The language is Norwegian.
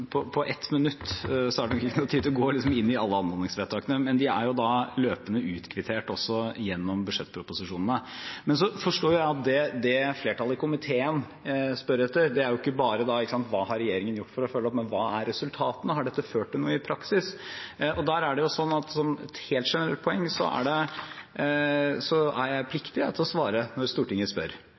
På ett minutt er det ikke tid til å gå inn i alle anmodningsvedtakene, men de er jo løpende utkvittert også gjennom budsjettproposisjonene. Men så forstår jeg at det flertallet i komiteen spør etter, er ikke bare hva regjeringen har gjort for å følge opp, men hva er resultatene – har dette ført til noe i praksis? Der er det jo sånn, som et helt generelt poeng, at jeg er pliktig til å svare når Stortinget spør.